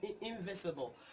invisible